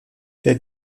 der